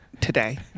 Today